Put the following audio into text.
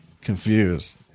confused